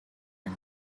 and